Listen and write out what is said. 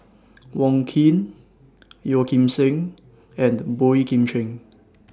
Wong Keen Yeo Kim Seng and Boey Kim Cheng